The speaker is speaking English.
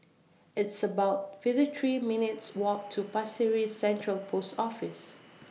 It's about fifty three minutes' Walk to Pasir Ris Central Post Office